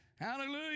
Hallelujah